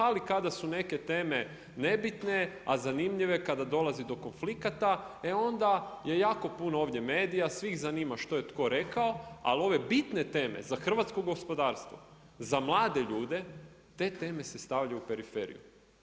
Ali kada su neke teme nebitne a zanimljive, kada dolazi do konflikata e onda je jako puno ovdje medija, sve zanima što je tko rekao ali ove bitne teme za hrvatsko gospodarstvo, za mlade ljude te teme se stavljaju u periferiju.